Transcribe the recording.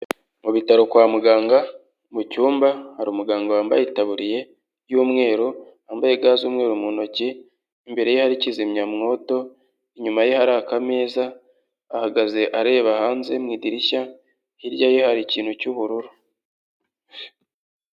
Mu bitaro kwa muganga mu cyumba hari umuganga wambaye itaburiye y'umweru wambaye ga z'umweru mu ntoki, imbere ye hari kizimyamwoto, inyuma ye hari akameza, ahagaze areba hanze mu idirishya, hirya ye hari ikintu cy'ubururu.